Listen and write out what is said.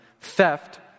Theft